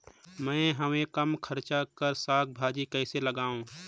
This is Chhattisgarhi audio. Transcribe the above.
मैं हवे कम खर्च कर साग भाजी कइसे लगाव?